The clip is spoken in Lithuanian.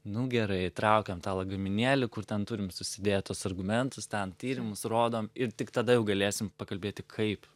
nu gerai traukiam tą lagaminėlį kur ten turim susidėję tuos argumentus ten tyrimus rodom ir tik tada jau galėsim pakalbėti kaip